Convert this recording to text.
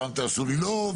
פעם תעשו לי לא,